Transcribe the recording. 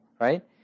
right